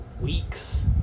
weeks